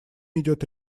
идет